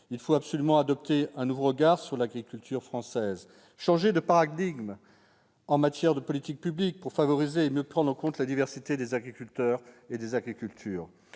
Il faut absolument adopter un nouveau regard sur l'agriculture française, changer de paradigme en matière de politiques publiques pour favoriser et mieux prendre en compte la diversité des agriculteurs et des agricultures.